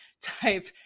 type